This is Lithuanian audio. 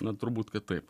na turbūt kad taip